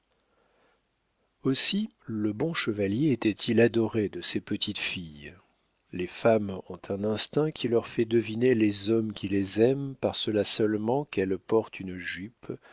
aussi le bon chevalier était-il adoré de ces petites filles les femmes ont un instinct qui leur fait deviner les hommes qui les aiment par cela seulement qu'elles portent une jupe